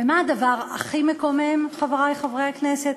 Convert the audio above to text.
ומה הדבר הכי מקומם, חברי חברי הכנסת?